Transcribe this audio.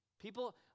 People